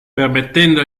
permettendo